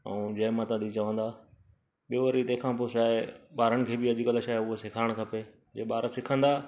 ऐं जय माता दी चवंदा ॿियो वरी तंहिंखां पोइ छा आहे ॿारनि खे बि अॼुकल्ह शइ उहो सिखाइणु खपे हीअ ॿार सिखंदा